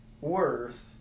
worth